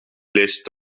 leest